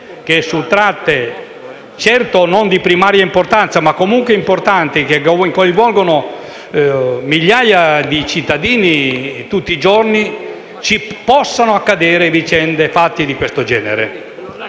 che su tratte sia pure non di primaria importanza, ma comunque importanti e che interessano migliaia di cittadini tutti i giorni, possano accadere vicende e fatti di questo genere?